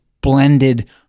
blended